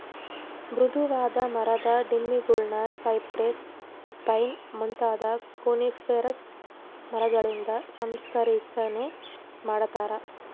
ಮೃದುವಾದ ಮರದ ದಿಮ್ಮಿಗುಳ್ನ ಸೈಪ್ರೆಸ್, ಪೈನ್ ಮುಂತಾದ ಕೋನಿಫೆರಸ್ ಮರಗಳಿಂದ ಸಂಸ್ಕರಿಸನೆ ಮಾಡತಾರ